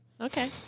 Okay